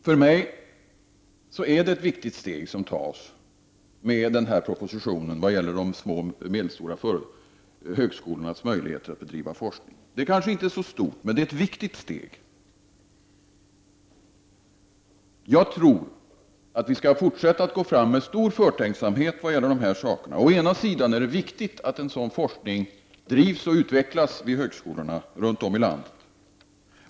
För mig är det ett viktigt steg som tas med den här propositionen när det gäller de små och medelstora högskolornas möjligheter att bedriva forskning. Det är kanske inte ett så stort men det är ett viktigt steg. Jag tror att vi skall fortsätta att gå fram med stor förtänksamhet när det gäller de här sakerna. Å ena sidan är det viktigt att en sådan forskning bedrivs och utvecklas vid högskolorna runt om i landet.